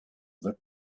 that